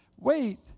Wait